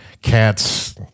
Cats